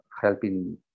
helping